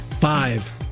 five